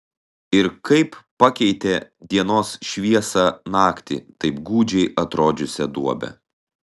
ir kaip pakeitė dienos šviesa naktį taip gūdžiai atrodžiusią duobę